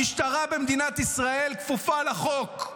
המשטרה במדינת ישראל כפופה לחוק,